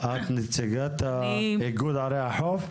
את נציגת איגוד ערי החוף?